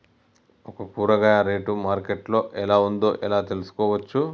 ఒక కూరగాయ రేటు మార్కెట్ లో ఎలా ఉందో ఎలా తెలుసుకోవచ్చు?